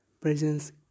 presence